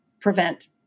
prevent